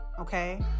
Okay